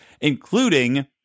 including